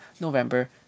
November